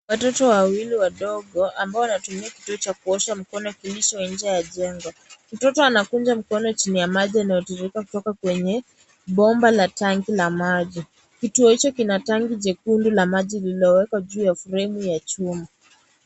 Watoto wawili wadogo ambao wanatumia kituo cha kuosha mkono kilicho nje ya jengo. Mtoto anakunja mkono chini ya maji unaotirirka kutoka kwenye bomba la tangi la maji. Kituo hicho kina tangi jekundu la maji lililowekwa juu ya fremu ya chuma.